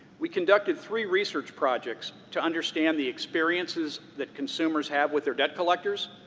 we conducted three research projects to understand the experiences that consumers have with their debt collectors,